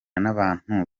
n’abantu